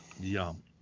Yum